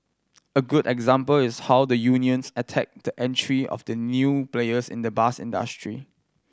a good example is how the unions a tackled the entry of new players in the bus industry